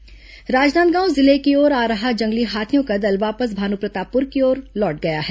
हाथी मालू राजनांदगांव जिले की ओर आ रहा जंगली हाथियों का दल वापस भानुप्रतापपुर की ओर लौट गया है